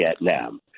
Vietnam